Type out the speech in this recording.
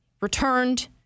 Returned